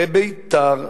בביתר,